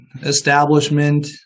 establishment